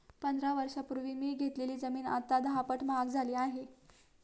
पंधरा वर्षांपूर्वी मी घेतलेली जमीन आता दहापट महाग झाली आहे